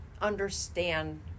understand